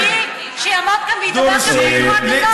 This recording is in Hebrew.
זה נראה לך הגיוני שיעמוד כאן וידבר כאן בצורה כזאת?